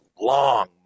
long